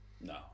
No